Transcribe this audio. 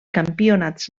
campionats